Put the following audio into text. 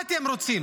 מה אתם רוצים?